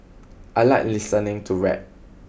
I like listening to rap